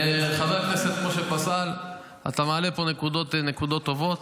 חבר הכנסת משה פסל, אתה מעלה פה נקודות טובות.